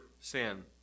sin